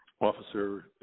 Officer